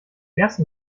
ersten